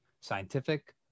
scientific